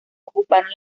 ocuparon